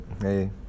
hey